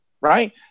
right